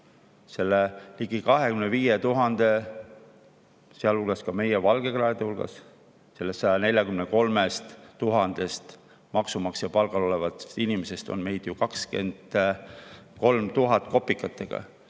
selle ligi 25 000 hulgas, sealhulgas ka meie, valgekraede hulgas – sellest 143 000-st maksumaksja palgal olevast inimesest on meid ju 23 000 kopikatega,